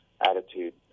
attitude